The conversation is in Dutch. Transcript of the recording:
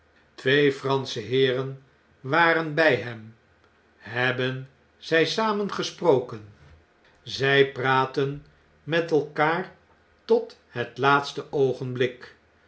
twee fransche heeren waren bij hem hebben zg samen gesproken zij praatten met elkaar tot het laatste oogenblik